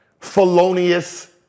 felonious